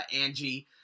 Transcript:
Angie